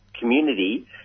community